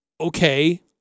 okay